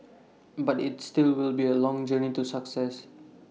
but its still will be A long journey to success